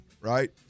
right